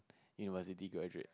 university graduate